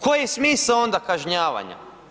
Koji je smisao onda kažnjavanja?